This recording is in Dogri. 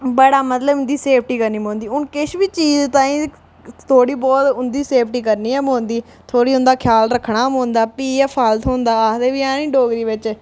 बड़ा मतलब उं'दी बड़ी सेफ्टी करनी पौंदी हून किश बी चीज ताईं थोह्ड़ी बहुत इं'दी सेफ्टी करनी गै पौंदी थोह्ड़ा उं'दा ख्याल रक्खना पौंदा भी गै फल थ्होंदा आखदे बी हैन ना डोगरी बिच